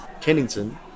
Kennington